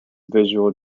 visual